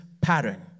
pattern